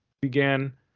began